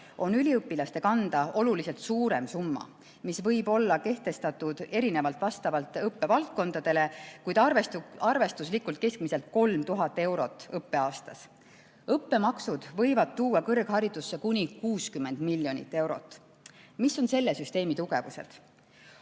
üliõpilaste kanda oluliselt suurem summa, mis võib olla kehtestatud erinevalt vastavalt õppevaldkondadele, kuid arvestuslikult keskmiselt 3000 eurot õppeaastas. Õppemaksud võivad tuua kõrgharidusse kuni 60 miljonit eurot. Mis on selle süsteemi tugevused?